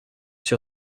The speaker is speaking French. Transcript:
sur